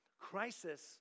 Crisis